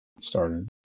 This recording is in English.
started